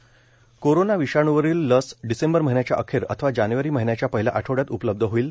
लसीकरण कोरोना विषाणूवरील लस डिसेंबर महिन्याच्या अखेर अथवा जानेवारी महिन्याच्या पहिल्या आठवड्यात उपलब्ध होईल